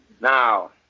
Now